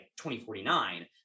2049